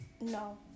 no